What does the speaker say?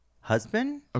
husband